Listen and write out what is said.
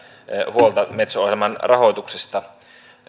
huolta metso ohjelman rahoituksesta